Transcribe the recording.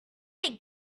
flying